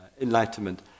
enlightenment